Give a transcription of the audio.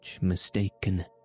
mistaken